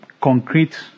concrete